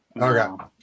Okay